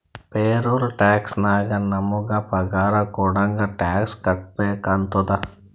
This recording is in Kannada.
ಪೇರೋಲ್ ಟ್ಯಾಕ್ಸ್ ನಾಗ್ ನಮುಗ ಪಗಾರ ಕೊಡಾಗ್ ಟ್ಯಾಕ್ಸ್ ಕಟ್ಬೇಕ ಆತ್ತುದ